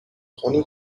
خانوم